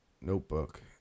notebook